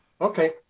Okay